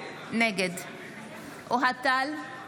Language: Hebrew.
נגד אוהד טל,